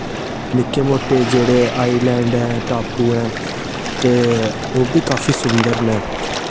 निक्के मोटे जेह्ड़े आइलैंड ऐ टापू ऐ ते ओह् बी काफी सुन्दर न